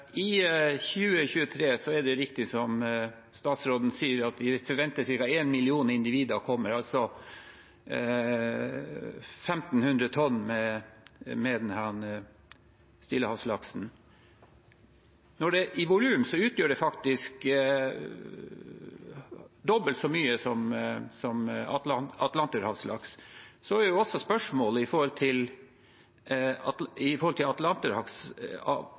en million individer, altså 1 500 tonn, med denne stillehavslaksen. I volum utgjør det faktisk dobbelt så mye som atlanterhavslaksen. Når det gjelder atlanterhavslaksen, er jo også spørsmålet